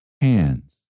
hands